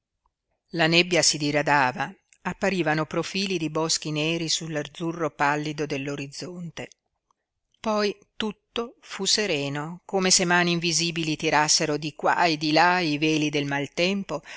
la nebbia si diradava apparivano profili di boschi neri sull'azzurro pallido dell'orizzonte poi tutto fu sereno come se mani invisibili tirassero di qua e di là i veli del